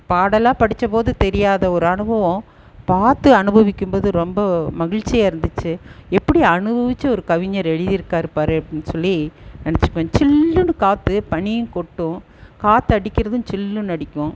பாடலாக படித்த போது தெரியாத ஒரு அனுபவம் பார்த்து அனுபவிக்கும்போது ரொம்ப மகிழ்ச்சியாக இருந்துச்சு எப்படி அனுபவிச்சு ஒரு கவிஞர் எழுதியிருக்காரு பார் அப்படின் சொல்லி நினைச்சுப்பேன் சில்லுன்னு காற்று பனியும் கொட்டும் காற்றடிக்கிறதும் சில்லுன்னு அடிக்கும்